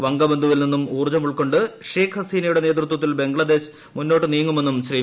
ബംശ്ലബന്ധുവിൽ നിന്നും ഊർജ്ജമുൾക്കൊണ്ട് ഷേഖ് ഹസീനയുടെ ന്യേതൃത്വത്തിൽ ബംഗ്ലാദേശ് മുന്നോട്ടു നീങ്ങുമെന്നും ശ്രീ